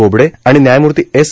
बोबडे आणि न्यायमूर्ती एस